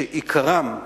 שעיקרם: